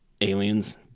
aliens